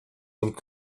und